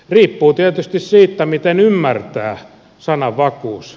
riippuu tietysti siitä miten ymmärtää sanan vakuus